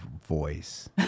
voice